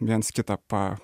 viens kitą pa